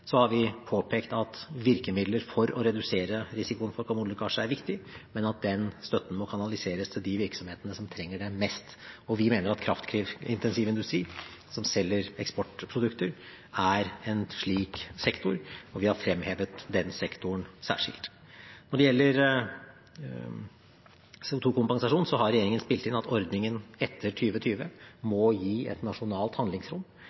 har vi påpekt at virkemidler for å redusere risikoen for karbonlekkasje er viktig, men at den støtten må kanaliseres til de virksomhetene som trenger det mest. Vi mener at kraftintensiv industri som selger eksportprodukter, er en slik sektor, og vi har fremhevet den sektoren særskilt. Når det gjelder CO2-kompensasjon, har regjeringen spilt inn at ordningen etter 2020 må gi et nasjonalt handlingsrom